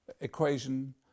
equation